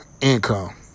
income